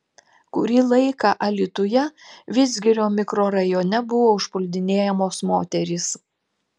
kurį laiką alytuje vidzgirio mikrorajone buvo užpuldinėjamos moterys